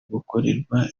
gukorerwa